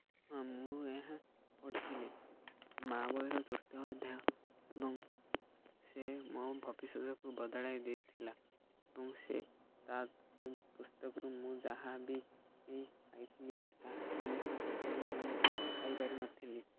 ହଁ ମୁଁ ଏହା ପଢ଼ିଥିଲି ମା ବହିର ତୃତୀୟ ଅଧ୍ୟାୟ ଏବଂ ସେ ମୋ ଭବିଷ୍ୟତକୁ ବଦଳାଇ ଦେଇଥିଲା ଏବଂ ସେ ତା ସେ ପୁସ୍ତକରୁ ମୁଁ ଯାହା ବି ପାଇଥିଲି ତାହା କୌଣସି ପୁସ୍ତକରୁ ମୁଁ ପାଇପାରିନଥିଲି